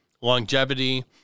Longevity